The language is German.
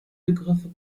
begriffe